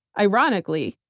ironically,